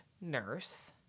nurse